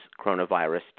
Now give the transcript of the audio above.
coronavirus